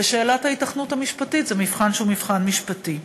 ושאלת ההיתכנות המשפטית היא מבחן שהוא מבחן משפטי.